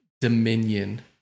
Dominion